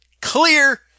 clear